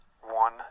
one